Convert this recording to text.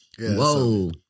Whoa